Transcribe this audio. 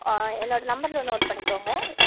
ஆ என்னோட நம்பர்ன்னு நோட் பண்ணிக்கோங்க